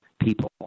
people